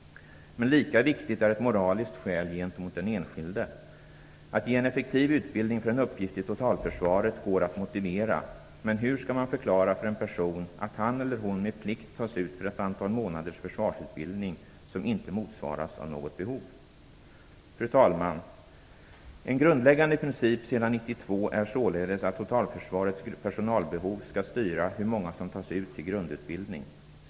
Men lika viktigt är ett moraliskt skäl gentemot den enskilde. Att ge en effektiv utbildning för en uppgift i totalförsvaret går att motivera. Men hur skall man kunna förklara för en person att han eller hon med plikt tas ut för ett antal månaders försvarsutbildning som inte motsvaras av något behov? Fru talman! En grundläggande princip sedan 1992 är således att totalförsvarets personalbehov skall styra hur många som tas ut till grundutbildning.